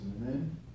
Amen